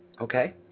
okay